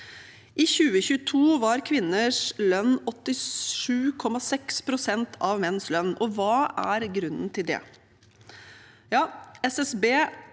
I 2022 var kvinners lønn 87,6 pst. av menns lønn. Hva er grunnen til det?